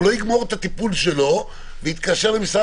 הוא לא יגמור את הטיפול שלו ויתקשר למשרד